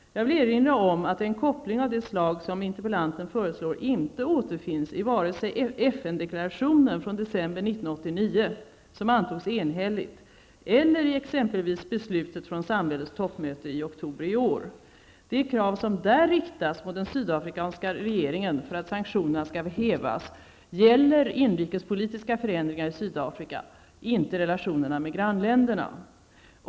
Jag vill erinra om att en koppling av det slag som interpellanten föreslår inte återfinns i vare sig FNs deklaration från december 1989, som antogs enhälligt, eller exempelvis beslutet från samväldets toppmöte i oktober i år. De krav som där riktas mot den sydafrikanska regeringen för att sanktionena skall hävas gäller inrikespolitiska förändringar i Sydafrika, inte relationerna med grannländerna.